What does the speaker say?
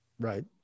right